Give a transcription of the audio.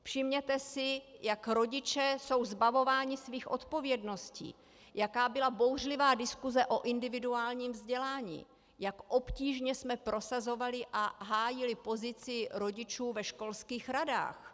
Všimněte si, jak rodiče jsou zbavováni svých odpovědností, jaká byla bouřlivá diskuse o individuálním vzdělání, jak obtížně jsme prosazovali a hájili pozici rodičů ve školských radách.